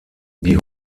die